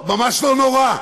לא, ממש לא נורא.